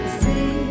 see